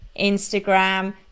Instagram